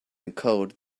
encode